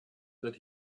that